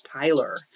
Tyler